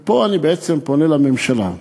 ופה אני פונה לממשלה: